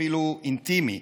אפילו אינטימי,